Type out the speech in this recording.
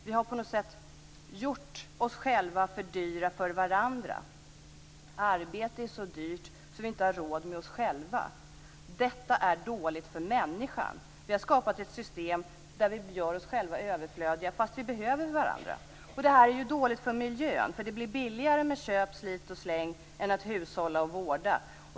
På något sätt har vi gjort oss själva för dyra för varandra - arbete är så dyrt att vi inte har råd med oss själva. Detta är dåligt för människan. Vi har skapat ett system där vi gör oss själva överflödiga fastän vi behöver varandra. Det här är dåligt för miljön. Det blir billigare med köp, slit och släng än med att hushålla och vårda.